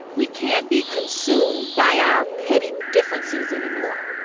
we can't be consumed by our petty differences anymore.